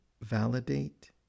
validate